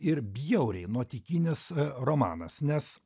ir bjauriai nuotykinis romanas nes